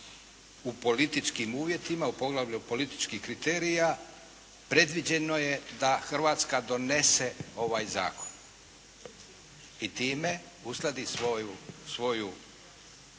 u političkim uvjetima, u poglavlju političkih kriterija predviđeno je da Hrvatska donese ovaj zakon i time uskladi svoj